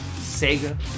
SEGA